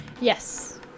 Yes